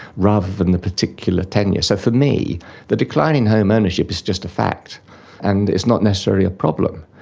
rather than the particular tenure. so for me the decline in home ownership is just a fact and it's not necessarily a problem.